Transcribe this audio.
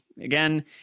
again